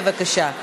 בבקשה.